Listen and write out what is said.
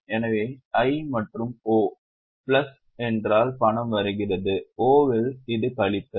எனவே I மற்றும் O plus என்றால் பணம் வருகிறது O இல் இது கழித்தல்